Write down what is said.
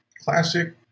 classic